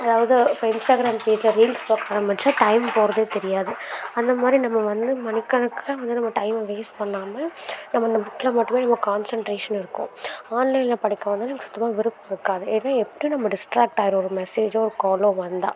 அதாவது இப்போ இன்ஸ்டாக்ராம் பேஜ்ஜில் ரீல்ஸ் பார்க்க ஆரம்பிச்சால் டைம் போகறதே தெரியாது அந்தமாதிரி நம்ம வந்து மணிக்கணக்காக வந்து நம்ம டைமை வேஸ்ட் பண்ணாமல் நம்ம அந்த புக்கில் மட்டுமே நம்ம கான்செண்ட்ரேஷன் இருக்கும் ஆன்லைனில் படிக்க வந்து நமக்கு சுத்தமாக விருப்பம் இருக்காது ஏன்னா எப்படியும் நம்ம டிஸ்ட்ராக்ட் ஆயிருவோம் ஒரு மெசேஜோ ஒரு காலோ வந்தால்